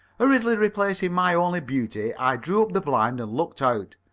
hurriedly replacing my only beauty, i drew up the blind and looked out.